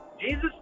Jesus